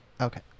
Okay